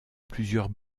plusieurs